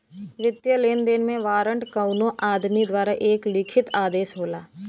वित्तीय लेनदेन में वारंट कउनो आदमी द्वारा एक लिखित आदेश होला